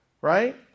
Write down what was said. Right